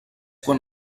quan